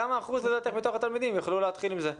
כמה אחוז לדעתך מתוך התלמידים יוכלו להתחיל עם זה?